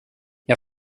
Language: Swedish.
jag